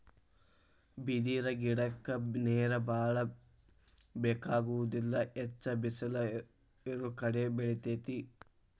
ಬಿದಿರ ಗಿಡಕ್ಕ ನೇರ ಬಾಳ ಬೆಕಾಗುದಿಲ್ಲಾ ಹೆಚ್ಚ ಬಿಸಲ ಇರುಕಡೆ ಬೆಳಿತೆತಿ